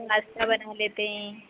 नाश्ता बना लेते हैं